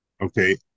Okay